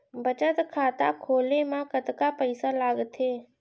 बचत खाता खोले मा कतका पइसा लागथे?